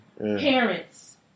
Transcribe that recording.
parents